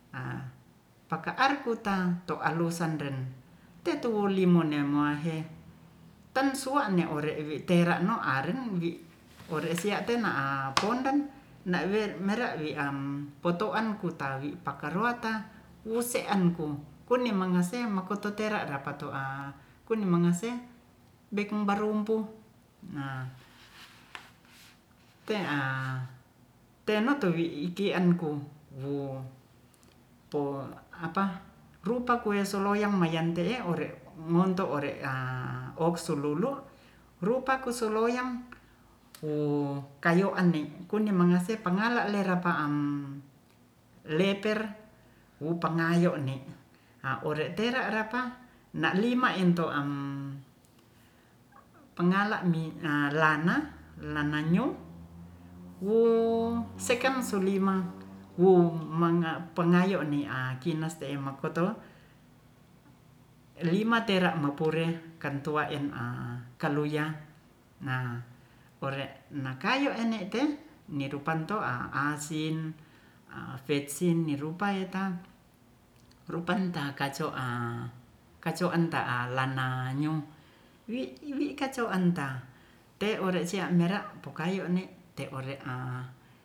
A paka'ar tuta toalus sandren tetu'limone mua'ihe tan suwe'ne ore'wi tera'no aren wi'ore sia'na'a pondan na'we mera'wiam potoan kutawi pakaroatta wuseanku kunnimangase makototera rapa'to'a kunimangase bekeng barumpu a te'a te'no tuwi'i iki'an ku wu po apa rupa kue seloyang mayan te'e ore'ngonto ore'a oksululu rupakosuloyang wu kayo'anne kunnimangase pangalale rapa'am leper wu pangayo ne' ha ore'tera rapa na'lima ento'am panggala'mi a'lana- nyum wu seken sulima wu mangapengayoni'a kinaste'e makoto lima tera'mopure kantua e'n'a kaluya nah ore'nakayo ene'te nerupanto'a asin a'fitsin nirupa yeta rupanta kaco'a- ta'alana nyu wi'kacoanta te'oresia mera' pokayo ne'te'ore'a